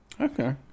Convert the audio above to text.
Okay